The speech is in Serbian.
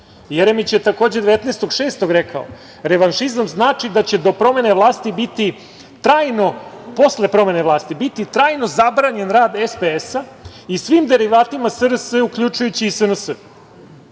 Jeremić je takođe 19.6. rekao „Revanšizam znači da će do promene vlasti biti trajno posle promene vlasti, biti trajno zabranjen rad SPS i svim derivatima SRS, uključujući i SNS.